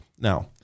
Now